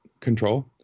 control